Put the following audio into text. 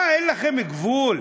מה, אין לכם גבול?